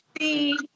see